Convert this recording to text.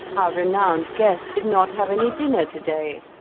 our renowned guest did not have any dinner to-day.